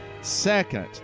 Second